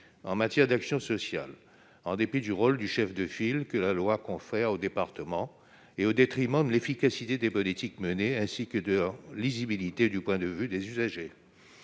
en matière d'action sociale, en dépit du rôle de chef de file que la loi confère au département et au détriment de l'efficacité des politiques menées et de leur lisibilité pour les usagers.